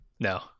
No